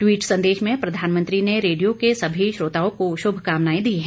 tweet संदेश में प्रधानमंत्री ने रेडियो के सभी श्रोताओं को श्रभकामनायें दी हैं